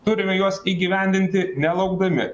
turime juos įgyvendinti nelaukdami